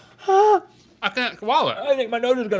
ah i can't swallow it. i think my nose